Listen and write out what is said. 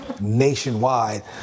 Nationwide